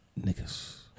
Niggas